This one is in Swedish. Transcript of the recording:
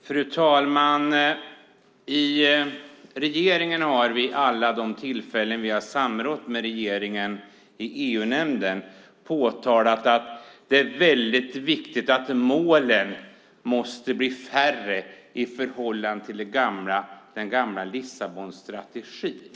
Fru talman! Regeringen har vid alla tillfällen då vi i EU-nämnden samrått med regeringen påtalat att det är väldigt viktigt att målen blir färre i förhållande till den gamla Lissabonstrategin.